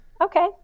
Okay